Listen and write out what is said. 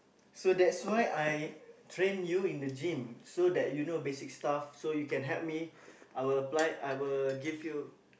so that's why I train you in the gym so that you know basic stuff so you can help me I will apply I will give you